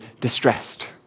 distressed